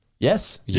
Yes